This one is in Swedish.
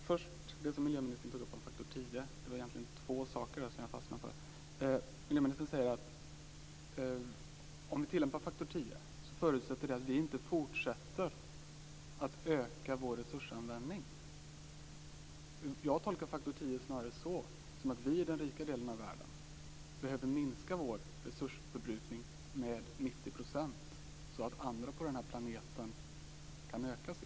Fru talman! Först det som miljöministern tog upp om faktor tio. Det var egentligen två saker som jag fastnade för där. Miljöministern sade att om vi tillämpar faktor tio så förutsätter det att vi inte fortsätter att öka vår resursanvändning. Jag tolkar snarare faktor tio så, att vi i den rika delen av världen behöver minska vår resursförbrukning med 90 %, så att andra på den här planeten kan öka sin.